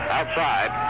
Outside